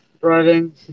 driving